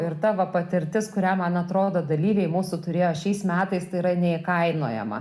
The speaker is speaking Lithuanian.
ir ta va patirtis kurią man atrodo dalyviai mūsų turėjo šiais metais tai yra neįkainojama